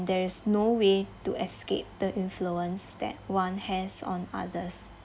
there is no way to escape the influence that one has on others